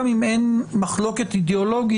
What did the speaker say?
גם אם אין מחלוקת אידיאולוגית,